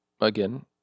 again